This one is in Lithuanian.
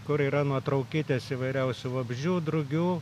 kur yra nuotraukytės įvairiausių vabzdžių drugių